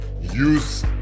Use